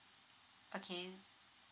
okay